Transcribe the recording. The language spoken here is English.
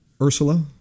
Ursula